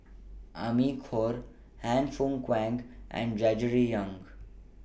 Amy Khor Han Fook Kwang and Gregory Yong